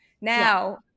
Now